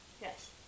yes